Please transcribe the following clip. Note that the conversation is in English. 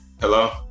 Hello